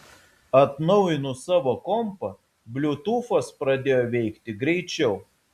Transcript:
atnaujinus savo kompą bliutūfas pradėjo veikti greičiau